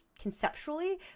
conceptually